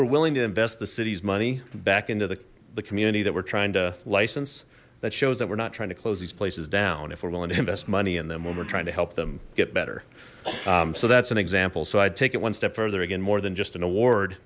we're willing to invest the city's money back into the community that we're trying to license that shows that we're not trying to close these places down if we're willing to invest money in them when we're trying to help them get better so that's an example so i'd take it one step further again more than just an award